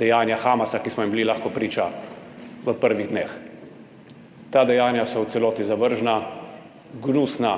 dejanja Hamasa, ki smo jim bili lahko priča v prvih dneh. Ta dejanja so v celoti zavržna, gnusna.